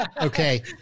Okay